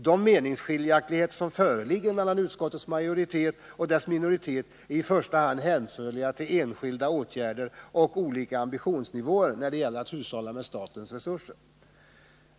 De meningsskiljaktigheter som föreligger mellan utskottets majoritet och dess minoritet är i första hand hänförliga till enskilda åtgärder och olika ambitionsnivåer när det gäller att hushålla med statens resurser.